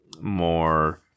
more